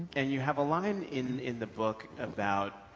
and you have a line in in the book about